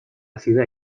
ciudad